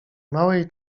małej